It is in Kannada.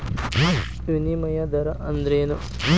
ವಿನಿಮಯ ದರ ಅಂದ್ರೇನು?